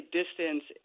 distance